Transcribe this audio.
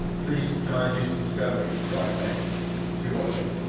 please. can i do some skirmish review i beg if you're watching